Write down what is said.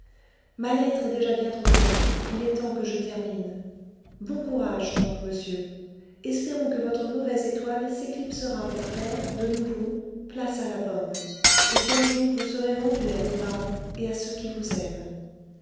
ma lettre est déjà bien trop longue il est temps que je termine bon courage donc monsieur espérons que votre mauvaise étoile s'éclipsera pour faire de nouveau place à la bonne et qu'un jour vous serez rendu à vos parents et à ceux qui vous aiment